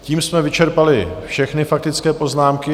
Tím jsme vyčerpali všechny faktické poznámky.